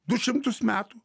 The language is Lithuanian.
du šimtus metų